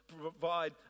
provide